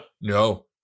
No